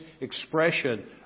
expression